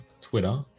Twitter